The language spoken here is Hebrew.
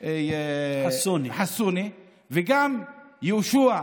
חסונה וגם יהושע,